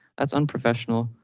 that's unprofessional,